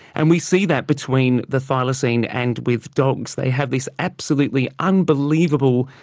and we see that between the thylacine and with dogs. they have this absolutely unbelievable,